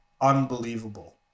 unbelievable